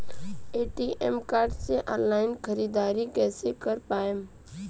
ATM card से online ख़रीदारी कइसे कर पाएम?